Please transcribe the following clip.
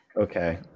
Okay